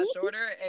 shorter